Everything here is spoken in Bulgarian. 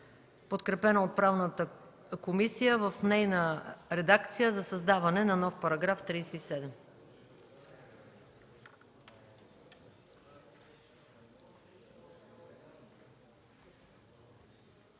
подкрепено от Правната комисия и в нейна редакция, за създаване на нов § 37.